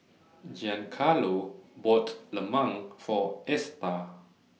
Giancarlo bought Lemang For Esta